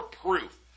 proof